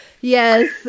Yes